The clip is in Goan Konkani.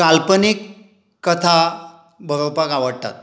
काल्पनीक कथा बरोवपाक आवडटात